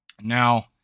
Now